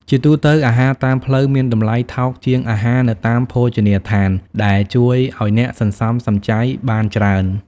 ជាទូទៅ អាហារតាមផ្លូវមានតម្លៃថោកជាងអាហារនៅតាមភោជនីយដ្ឋាន ដែលជួយឲ្យអ្នកសន្សំសំចៃបានច្រើន។